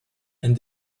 and